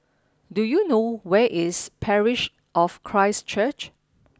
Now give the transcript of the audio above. do you know where is Parish of Christ Church